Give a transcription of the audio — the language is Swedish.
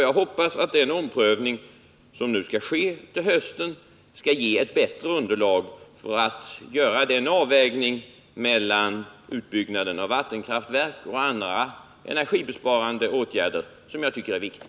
Jag hoppas att den omprövning som skall ske till hösten ger ett bättre underlag för den avvägning mellan utbyggnaden av vattenkraft och andra energibesparande åtgärder som jag tycker är viktig.